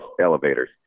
elevators